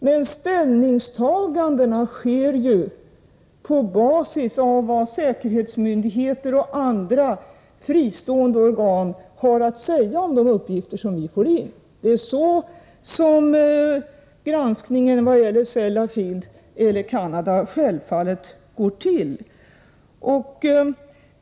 Men ställningstagandena sker ju på basis av vad säkerhetsmyndigheter och andra fristående organ har att säga om de uppgifter som vi får in. Det är självfallet så som granskningen beträffande Sellafield eller Canada går till.